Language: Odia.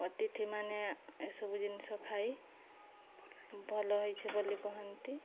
ଅତିଥି ମାନେ ଏସବୁ ଜିନିଷ ଖାଇ ଭଲ ହେଇଚି ବୋଲି କୁହନ୍ତି